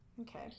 Okay